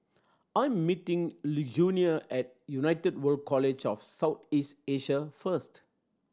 I'm meeting Lugenia at United World College of South East Asia first